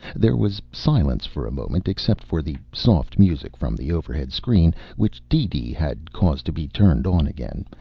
there was silence for a moment except for the soft music from the overhead screen which deedee had caused to be turned on again,